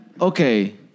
okay